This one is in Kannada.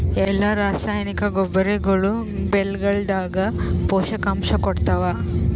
ಎಲ್ಲಾ ರಾಸಾಯನಿಕ ಗೊಬ್ಬರಗೊಳ್ಳು ಬೆಳೆಗಳದಾಗ ಪೋಷಕಾಂಶ ಕೊಡತಾವ?